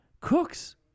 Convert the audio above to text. Cooks